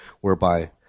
whereby